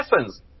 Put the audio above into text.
essence